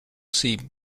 seem